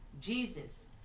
Jesus